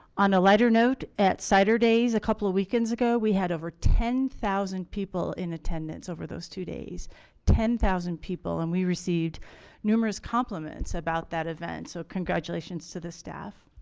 on a lighter note at saturday's a couple of weekends ago we had over ten thousand people in attendance over those two days ten thousand people and we received numerous compliments about that event. so congratulations to the staff